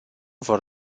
vor